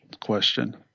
question